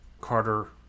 Carter